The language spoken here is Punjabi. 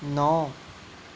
ਨੌਂ